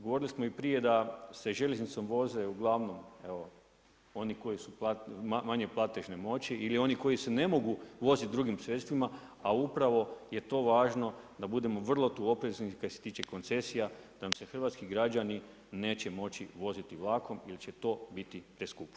Govorili smo i prije da se željeznicom voze uglavnom evo oni koji su manje platežne moći ili oni koji se ne mogu voziti drugim sredstvima a upravo je to važno da budemo vrlo tu oprezni kaj se tiče koncesija, da nam se hrvatski građani neće moći voziti vlakom jer će to biti preskupo.